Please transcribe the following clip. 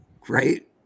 Great